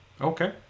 okay